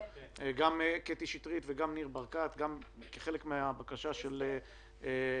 גם קטי שטרית וגם ניר ברקת וגם חבר הכנסת שוסטר